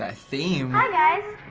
ah theme. hi guys!